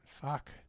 Fuck